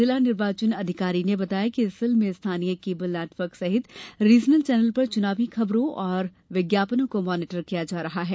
जिला निर्वाचन अधिकारी ने बताया कि इस सेल में स्थानीय केबल नेटवर्क सहित रीजनल चैनल पर चुनावी खबरों एवं विज्ञापनों को मॉनीटर किया जा रहा है